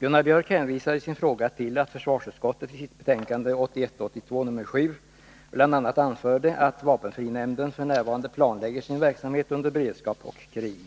Gunnar Biörck hänvisar i sin fråga till att försvarsutskottet i sitt betänkande 1981/82:7 bl.a. anförde att vapenfrinämnden f. n. planlägger sin verksamhet under beredskap och krig.